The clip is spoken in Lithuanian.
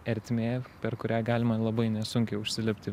ertmė per kurią galima labai nesunkiai užsilipti